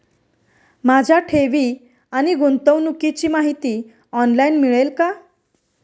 माझ्या ठेवी आणि गुंतवणुकीची माहिती ऑनलाइन मिळेल का?